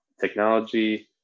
technology